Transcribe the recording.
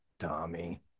Tommy